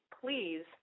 Please